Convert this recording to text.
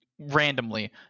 randomly